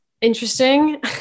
interesting